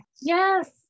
Yes